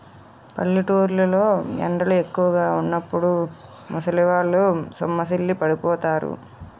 పల్లెటూరు లో ఎండలు ఎక్కువుగా వున్నప్పుడు ముసలివాళ్ళు సొమ్మసిల్లి పడిపోతారు